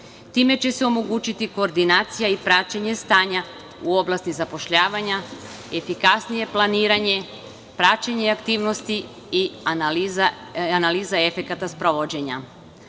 će se omogućiti koordinacija i praćenje stanja u oblasti zapošljavanja, efikasnije planiranje, praćenje aktivnosti i analiza efekata sprovođenja. Sve